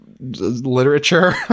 literature